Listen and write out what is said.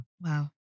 Wow